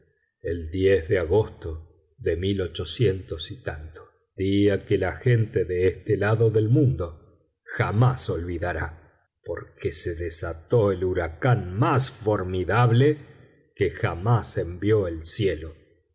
el de agosto de día que la gente de este lado del mundo jamás olvidará porque se desató el huracán más formidable que jamás envió el cielo